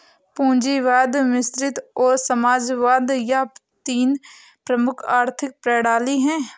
पूंजीवाद मिश्रित और समाजवाद यह तीन प्रमुख आर्थिक प्रणाली है